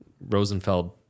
Rosenfeld